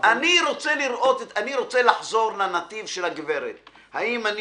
רוצה לחזור לנתיב של הגברת האם אני